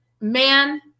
man